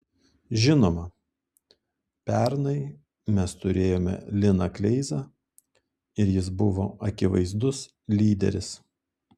žinoma pernai mes turėjome liną kleizą ir jis buvo akivaizdus lyderis